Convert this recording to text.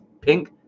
pink